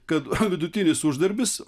kad vidutinis uždarbis